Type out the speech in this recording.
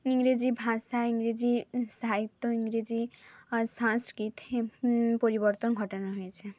ইংরেজি ভাষা ইংরেজি সাহিত্য ইংরেজি সাংস্কৃত পরিবর্তন ঘটানো হয়েছে